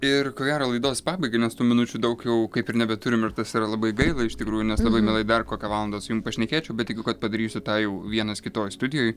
ir ko gero laidos pabaigai nes tų minučių daugiau kaip ir nebeturim ir tas yra labai gaila iš tikrųjų nes labai mielai dar kokią valandą su jum pašnekėčiau bet tikiu kad padarysiu tą jau vienas kitoj studijoj